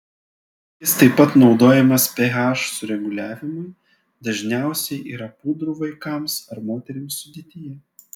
jis taip pat naudojamas ph sureguliavimui dažniausiai yra pudrų vaikams ar moterims sudėtyje